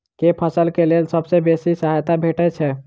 केँ फसल केँ लेल सबसँ बेसी सहायता भेटय छै?